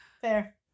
Fair